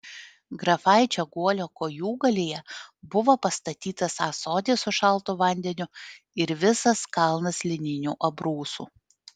grafaičio guolio kojūgalyje buvo pastatytas ąsotis su šaltu vandeniu ir visas kalnas lininių abrūsų